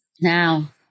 Now